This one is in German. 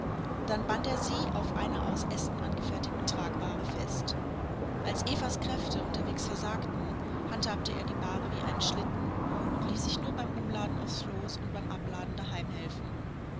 dann band er sie auf einer aus ästen angefertigten tragbahre fest als evas kräfte unterwegs versagten handhabte er die bahre wie einen schlitten und ließ sich nur beim umladen aufs floß und beim abladen daheim